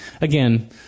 again